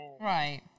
Right